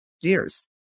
years